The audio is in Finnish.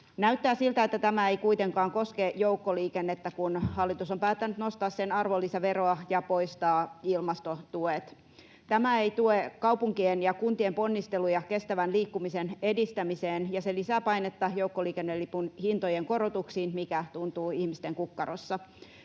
Näyttää siltä, että tämä ei kuitenkaan koske joukkoliikennettä, kun hallitus on päättänyt nostaa sen arvonlisäveroa ja poistaa ilmastotuet. Tämä ei tue kaupunkien ja kuntien ponnisteluja kestävän liikkumisen edistämiseen, ja se lisää painetta joukkoliikennelipun hintojen korotuksiin, mikä tuntuu ihmisten kukkarossa,